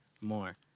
more